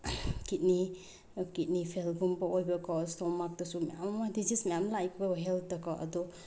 kidney ꯀꯤꯗꯅꯤ ꯐꯦꯜꯒꯨꯝꯕ ꯑꯣꯏꯕꯀꯣ ꯏꯁꯇꯣꯃꯥꯛꯇꯁꯨ ꯃꯌꯥꯝ ꯑꯃ ꯗꯤꯖꯤꯖ ꯃꯌꯥꯝ ꯑꯃ ꯂꯥꯛꯏꯀꯣ ꯍꯦꯜꯇꯀꯣ ꯑꯗꯣ